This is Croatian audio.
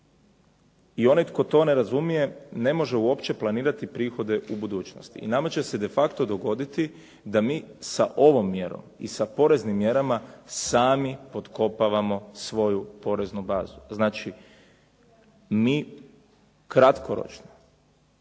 I onaj tko to ne razumije, ne može uopće planirati prihode u budućnosti i nama će se de facto dogoditi da mi sa ovom mjerom i sa poreznim mjerama sami potkopavamo svoju poreznu bazu. Znači, mi kratkoročno